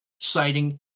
citing